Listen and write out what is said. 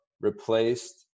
replaced